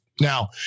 Now